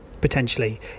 potentially